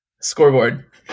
Scoreboard